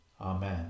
Amen